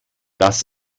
das